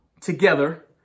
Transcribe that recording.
together